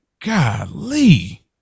golly